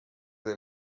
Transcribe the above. they